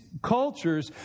cultures